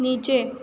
نیچے